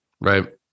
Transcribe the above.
right